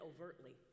overtly